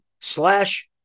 slash